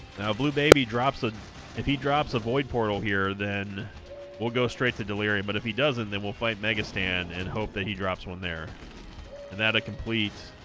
now blue baby drops ah if he drops a void portal here then we'll go straight to delirium but if he doesn't then we'll fight mega stan and hope that he drops one there and that it completes